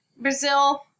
Brazil